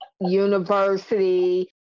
university